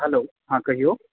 hello हँ कहियौ